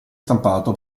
stampato